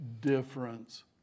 difference